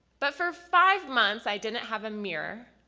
but for five months i didn't have a mirror